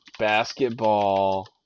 basketball